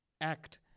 Act